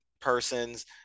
persons